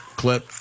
clip